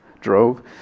drove